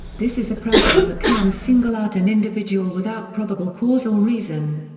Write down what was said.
this is a program that can single out an individual without probable cause or reason.